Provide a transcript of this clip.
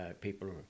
people